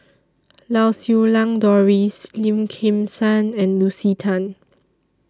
Lau Siew Lang Doris Lim Kim San and Lucy Tan